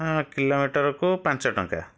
ହଁ କିଲୋମିଟରକୁ ପାଞ୍ଚ ଟଙ୍କା